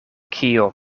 kio